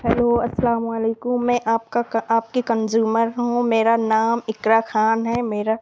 hello السلام علیکم میں آپ کا آپ کی کنزیومر ہوں میرا نام اقرا خان ہے میرا